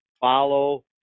follow